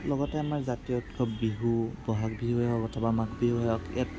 লগতে আমাৰ জাতীয় উৎসৱ বিহু বহাগ বিহুয়ে হওক অথবা মাঘ বিহুয়ে হওক ইয়াত